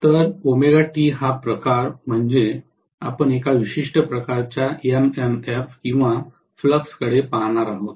तर हा प्रकार म्हणजे आपण एका विशिष्ट प्रकारच्या एमएमएफ किंवा फ्लक्सकडे पाहणार आहोत